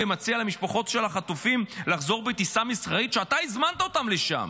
ומציע למשפחות של החטופים לחזור בטיסה מסחרית כשאתה הזמנת אותם לשם.